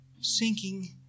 sinking